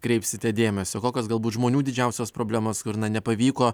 kreipsite dėmesio kokios galbūt žmonių didžiausios problemos kur na nepavyko